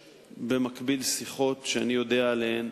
במקביל יש שיחות שאני יודע עליהן.